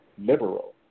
liberal